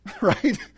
right